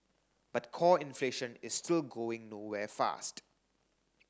but core inflation is still going nowhere fast